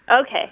Okay